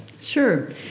Sure